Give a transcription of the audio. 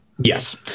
Yes